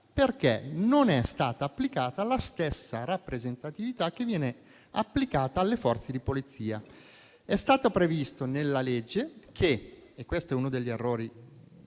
perché non è stata applicata la stessa rappresentatività che viene applicata alle Forze di polizia. È stato previsto nella legge - e questo è uno degli errori